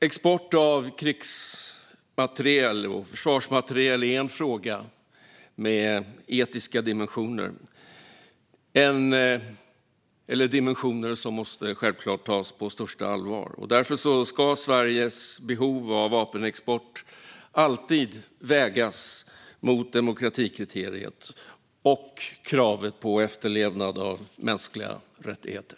Export av krigs och försvarsmateriel är en fråga med etiska dimensioner som givetvis måste tas på största allvar. Därför ska Sveriges behov av vapenexport alltid vägas mot demokratikriteriet och kravet på efterlevnad av mänskliga rättigheter.